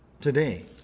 Today